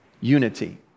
Unity